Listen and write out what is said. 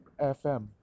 FM